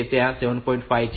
તેથી તે રીતે 7